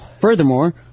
Furthermore